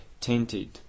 tainted